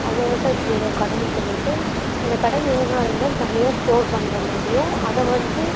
அந்த விவசாயத்துக்கு இவ்வளோ கடன் சொல்லிவிட்டு அந்த கடன் விவகாரங்களெல்லாம் தனியாக ஸ்டோர் பண்ணுற மாதிரியும் அதை வந்து